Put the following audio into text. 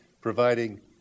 providing